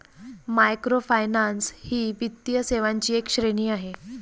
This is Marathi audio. मायक्रोफायनान्स ही वित्तीय सेवांची एक श्रेणी आहे